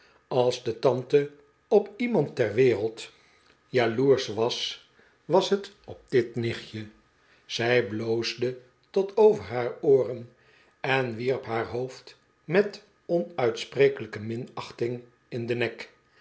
als de tante op iemand ter wereld jaloersch was was het op dit nichtje zij bloosde tot over haar ooren en wierp haar hoofd met onuitsprekelijke minachting in den nek